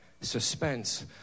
suspense